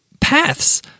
paths